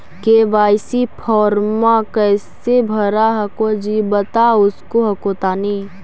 KYC फॉर्मा कैसे भरा हको जी बता उसको हको तानी?